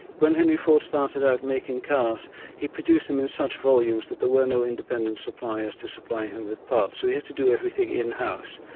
when henry ford started out making cars he produced them in such volumes that there were no independent suppliers to supply him with parts, so he had to do everything in-house.